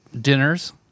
Dinners